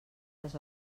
les